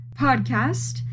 podcast